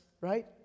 right